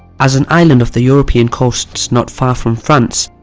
as an island off the european coasts not far from france,